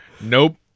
Nope